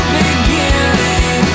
beginning